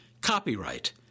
Copyright